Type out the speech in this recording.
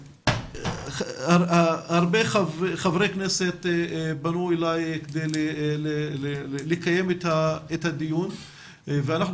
הרבה חברי כנסת פנו אלי כדי לקיים את הדיון ואנחנו